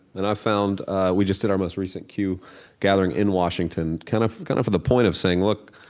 and i found we just did our most recent q gathering in washington kind of kind of for the point of saying, look,